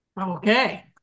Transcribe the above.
okay